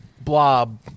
blob